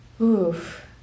Oof